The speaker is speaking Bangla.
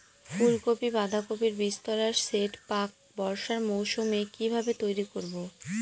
ফুলকপি বাধাকপির বীজতলার সেট প্রাক বর্ষার মৌসুমে কিভাবে তৈরি করব?